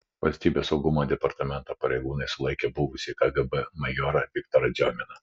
valstybės saugumo departamento pareigūnai sulaikė buvusį kgb majorą viktorą diominą